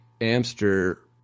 Amster